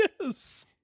Yes